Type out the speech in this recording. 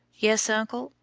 yes, uncle,